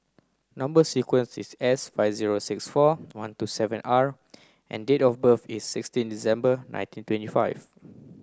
number sequence is S five zero six four one two seven R and date of birth is sixteen December nineteen twenty five